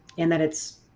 in that it's